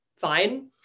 fine